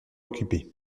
occupés